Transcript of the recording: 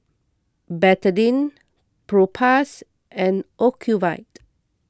Betadine Propass and Ocuvite